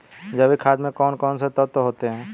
जैविक खाद में कौन कौन से तत्व होते हैं?